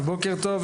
בוקר טוב,